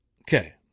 Okay